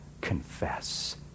confess